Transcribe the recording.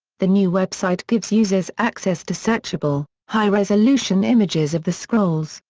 the new website gives users access to searchable, high-resolution images of the scrolls,